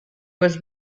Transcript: was